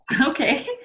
Okay